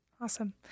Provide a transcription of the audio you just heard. Awesome